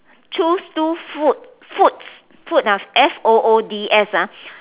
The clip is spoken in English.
choose two food foods food f o o d s ah